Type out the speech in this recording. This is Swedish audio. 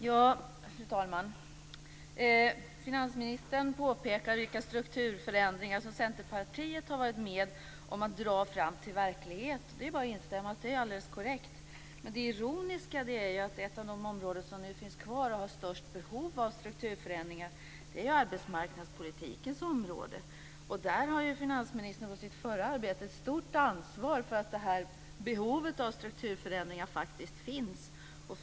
Fru talman! Finansministern påpekar vilka strukturförändringar som Centerpartiet har varit med om att dra fram till verklighet. Det är bara att instämma. Det är alldeles korrekt. Men det ironiska är att ett av de områden som nu finns kvar och som har störst behov av strukturförändringar är arbetsmarknadspolitikens område. Finansministern har ju i och med sitt förra arbete ett stort ansvar för att det här behovet av strukturförändringar faktiskt finns kvar.